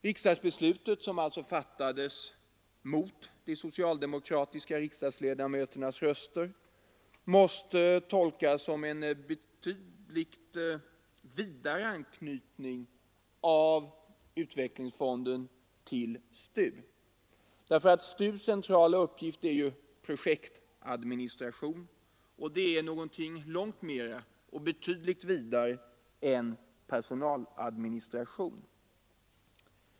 Riksdagsbeslutet, som alltså fattades mot de socialdemokratiska riksdags ledamöternas röster, måste tolkas som en betydligt vidare anknytning av utvecklingsfonden till STU. Den centrala uppgiften för STU är nämligen projektadministration, och det är någonting betydligt vidare än personaladministration.